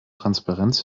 transparenz